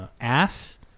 ass